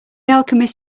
alchemist